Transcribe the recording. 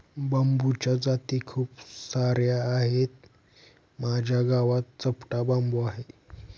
बांबूच्या जाती खूप सार्या आहेत, माझ्या गावात चपटा बांबू आहे